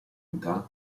utah